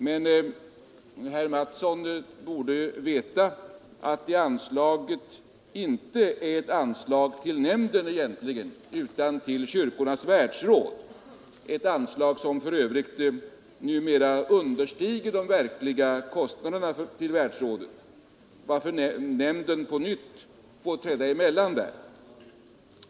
Men herr Mattsson borde veta att det anslaget egentligen inte är ett anslag till nämnden, utan till Kyrkornas världsråd. Detta anslag understiger för övrigt numera de verkliga kostnaderna för världsrådet, varför nämnden på nytt får träda emellan.